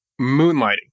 moonlighting